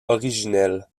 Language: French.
originel